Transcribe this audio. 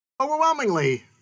overwhelmingly